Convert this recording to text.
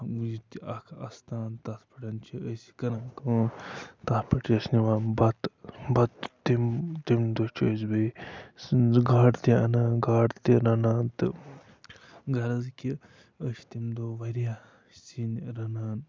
ییٚتہِ اَکھ اَستان تَتھ پٮ۪ٹھ چھِ أسۍ کَران کٲم تَتھ پٮ۪ٹھ چھِ أسۍ نِوان بَتہٕ بَتہٕ تَمہِ تَمہِ دۄہ چھِ أسۍ بیٚیہِ گاڈٕ تہِ اَنان گاڈٕ تہِ رَنان تہٕ غرض کہِ أسۍ چھِ تَمہِ دۄہ واریاہ سِنۍ رَنان